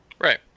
Right